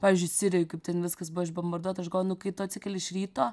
pavyzdžiui sirijoj kaip ten viskas buvo išbombarduota aš galvoju kai tu atsikeli iš ryto